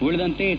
ಉಳಿದಂತೆ ಎಚ್